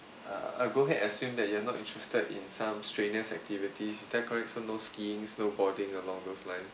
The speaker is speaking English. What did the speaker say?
uh I'll go ahead and assume that you are not interested in some strenuous activities is that correct so no skiing snow boarding along those lines